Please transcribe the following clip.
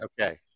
Okay